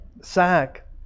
sack